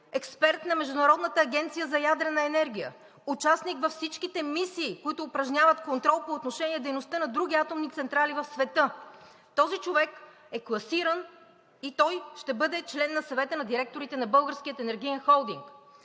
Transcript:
експерт на Международната агенция за ядрена енергия, участник във всичките мисии, които упражняват контрол по отношение дейността на други атомни централи в света. Този човек е класиран и той ще бъде член на Съвета на директорите на Българския енергиен холдинг.